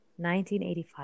1985